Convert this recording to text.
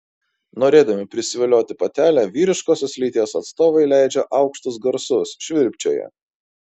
norėdami prisivilioti patelę vyriškosios lyties atstovai leidžia aukštus garsus švilpčioja